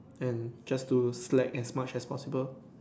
and just to slack as much as possible